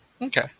Okay